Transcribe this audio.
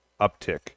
uptick